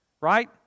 right